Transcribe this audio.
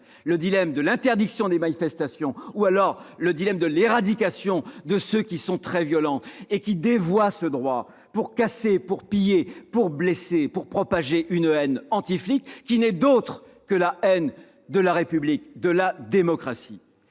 un dilemme : interdire les manifestations ou éradiquer ceux qui sont très violents et qui dévoient ce droit pour casser, pour piller, pour blesser, pour propager une haine « anti-flics » qui n'est autre que la haine de la République, de la démocratie.